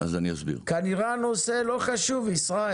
כנראה הנושא לא חשוב, ישראל.